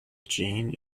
gene